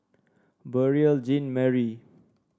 Beurel Jean Marie